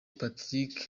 patrick